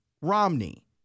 Romney